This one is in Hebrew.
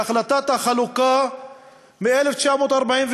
להחלטת החלוקה מ-1947,